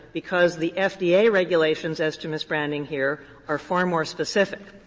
because the fda regulations as to misbranding here are far more specific.